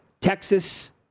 Texas